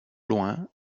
loin